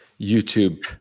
youtube